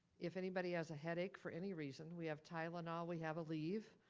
if anybody has a headache for any reason, we have tylenol, we have aleve,